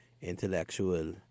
intellectual